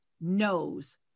knows